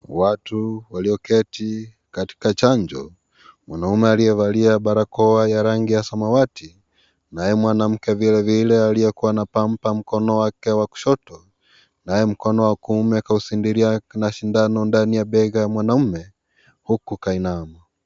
Watu walioketi katika chanjo, mwanaume aliyevaa barakoa ya rangi ya samawati nae mwanamke vilevile aliyekuwa na pampa mkono wake wa kushoto nae mkono wa kuume kashindiria na shindano ndani ya bega ya mwanaume huku kainama.